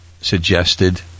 suggested